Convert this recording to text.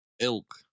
Elk